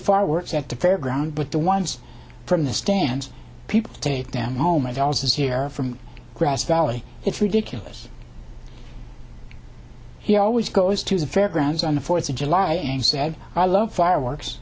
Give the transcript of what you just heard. for works at the fairgrounds but the ones from the stands people take them home i was here from grass valley it's ridiculous he always goes to the fairgrounds on the fourth of july and said i love fireworks